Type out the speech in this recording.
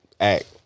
act